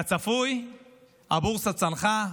כצפוי הבורסה צנחה,